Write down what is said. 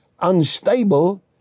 Unstable